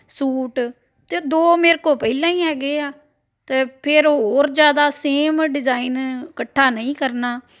suit ਅਤੇ ਦੋ ਮੇਰੇ ਕੋਲ ਪਹਿਲਾਂ ਹੀ ਹੈਗੇ ਆ ਅਤੇ ਫਿਰ ਹੋਰ ਜ਼ਿਆਦਾ ਸੇਮ ਡਿਜ਼ਾਇਨ ਇਕੱਠਾ ਨਹੀਂ ਕਰਨਾ